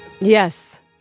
Yes